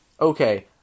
okay